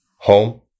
home